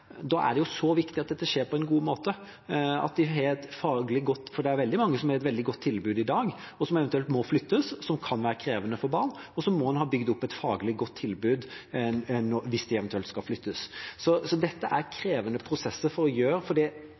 Da er det så viktig at dette skjer på en god måte, for det er veldig mange som har et veldig godt tilbud i dag, og som eventuelt må flyttes, noe som kan være krevende for barn. En må ha bygget opp et faglig godt tilbud hvis de eventuelt skal flyttes. Dette er krevende prosesser å gjennomføre, for